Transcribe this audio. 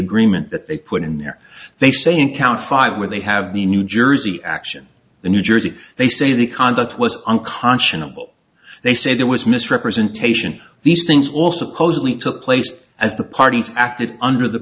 agreement that they put in there they say in count five where they have the new jersey action the new jersey they say the conduct was unconscionable they say there was misrepresentation these things all supposedly took place as the parties acted under the